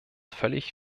völlig